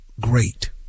great